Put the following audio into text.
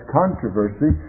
controversy